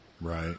Right